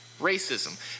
racism